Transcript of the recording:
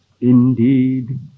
Indeed